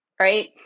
right